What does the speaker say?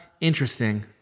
Interesting